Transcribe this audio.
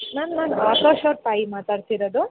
ma'am ನಾನು ಆಕಾಶ್ ಅವ್ರ ತಾಯಿ ಮಾತಾಡ್ತಿರೋದು